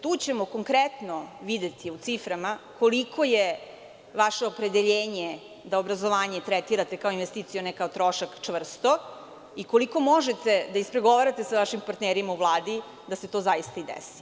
Tu ćemo konkretno videti u ciframa koliko je vaše opredeljenje da obrazovanje tretirate kao investiciju, a ne kao trošak čvrsto, i koliko možete da ispregovarate sa vašim partnerima u Vladi, da se to zaista i desi.